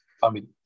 family